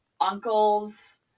uncle's